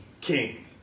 king